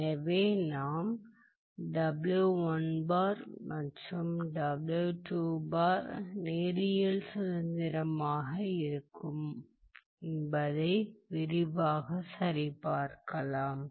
எனவே நாம் மற்றும் நேரியல் சுதந்திரமாக இருக்கும் என்பதை விரைவாகச் சரிபார்க்கலாம்